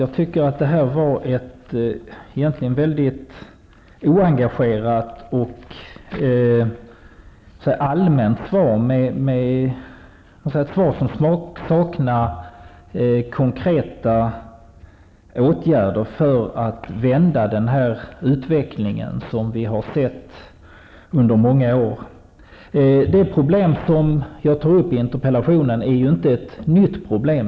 Jag tycker att det var ett oengagerat och allmänt svar, där det saknas konkreta åtgärder för att vända den utveckling som vi har sett under många år. Det problem som jag tar upp i interpellationen är inte nytt.